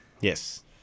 Yes